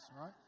right